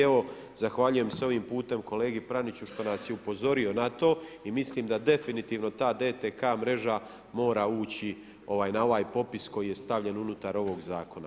Evo zahvaljujem se ovim putem kolegi Praniću što nas je upozorio na to i mislim da definitivno ta DTK mreža mora ući na ovaj popis koji je stavljen unutar ovog zakona.